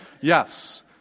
Yes